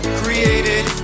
created